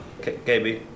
KB